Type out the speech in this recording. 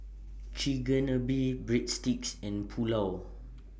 Chigenabe Breadsticks and Pulao